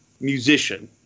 musician